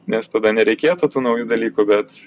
nes tada nereikėtų tų naujų dalykų bet